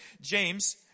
James